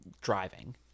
driving